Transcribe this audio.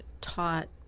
taught